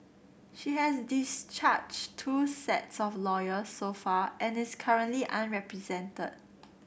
she has discharged two sets of lawyers so far and is currently unrepresented